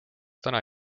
täna